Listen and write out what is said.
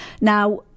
Now